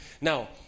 Now